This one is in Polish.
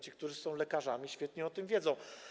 Ci, którzy są lekarzami, świetnie o tym wiedzą.